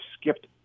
skipped